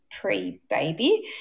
pre-baby